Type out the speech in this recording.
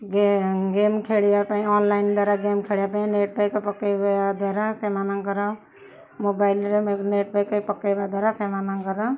game game ଖେଳିବା ପାଇଁ online ଦ୍ୱାରା ଗେମ୍ ଖେଳିବା ପାଇଁ ନେଟ୍ ପ୍ୟାକ୍ ପକେଇବା ଦ୍ୱାରା ସେମାନଙ୍କର ମୋବାଇଲରେ ନେଟ୍ ପ୍ୟାକ୍ ପକେଇବା ଦ୍ୱାରା ସେମାନଙ୍କର